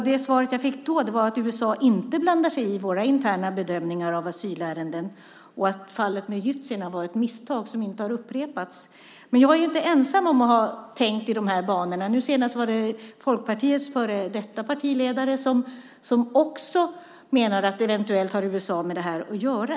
Det svar jag fick då var att USA inte blandar sig i våra interna bedömningar av asylärenden och att fallet med egyptierna var ett misstag som inte har upprepats. Jag är inte ensam om att ha tänkt i de här banorna. Nu senast var det Folkpartiets före detta partiledare som också menade att USA eventuellt har med det här att göra.